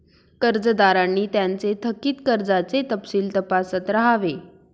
कर्जदारांनी त्यांचे थकित कर्जाचे तपशील तपासत राहावे